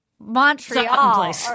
Montreal